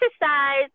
exercise